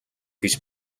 гэж